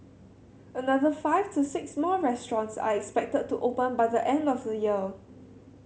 another five to six more restaurants are expected to open by the end of the year